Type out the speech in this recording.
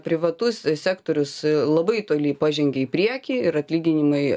privatus sektorius labai toli pažengė į priekį ir atlyginimai